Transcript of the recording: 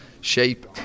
shape